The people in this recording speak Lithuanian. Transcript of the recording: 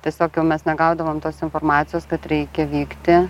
tiesiog jau mes negaudavom tos informacijos kad reikia vykti